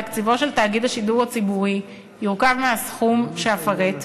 תקציבו של תאגיד השידור הציבורי יורכב מהסכום שאפרט,